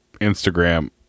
Instagram